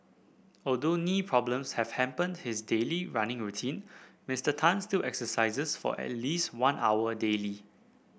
although knee problems have hampered his daily running routine Mister Tan still exercises for at least one hour daily